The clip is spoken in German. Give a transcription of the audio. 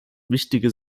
wichtige